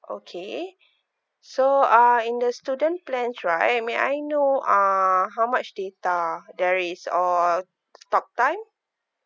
okay so uh in the student plans right may I know uh how much data there is or talk time